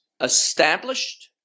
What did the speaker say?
established